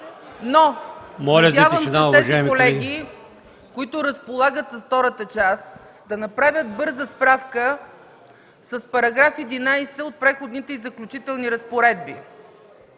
Надявам се тези колеги, които разполагат с втората част, да направят бърза справка с § 11 от Преходните и заключителни разпоредби,